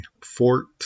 fort